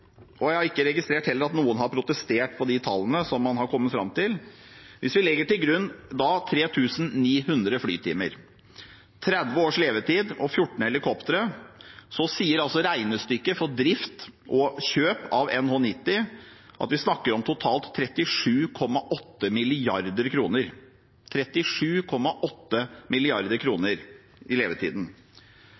og jeg har heller ikke registrert at noen har protestert på de tallene som man er kommet fram til – og legger til grunn 3 900 flytimer, 30 års levetid og 14 helikoptre, sier regnestykket for drift og kjøp av NH90 at vi snakker om totalt 37,8 mrd. kr – 37,8 mrd. kr i levetiden!